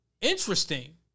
Interesting